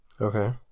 Okay